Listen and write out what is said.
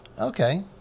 Okay